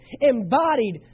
embodied